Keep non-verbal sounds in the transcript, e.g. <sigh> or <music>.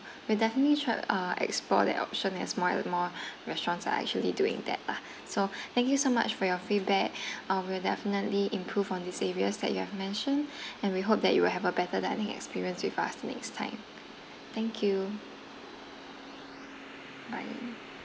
we'll definitely try uh explore that option as more and more restaurants are actually doing that lah so thank you so much for your feedback <breath> uh we'll definitely improve on these areas that you have mentioned and we hope that you will have a better dining experience with us next time thank you bye